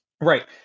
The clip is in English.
Right